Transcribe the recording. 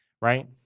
right